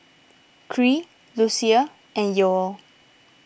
Khiry Lucia and Yoel